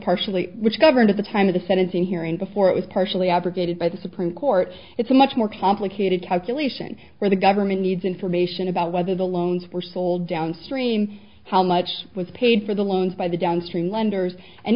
partially which governed at the time of the sentencing hearing before it was partially abrogated by the supreme court it's a much more complicated calculation where the government needs information about whether the loans were sold downstream how much was paid for the loans by the downstream lenders and